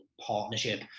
partnership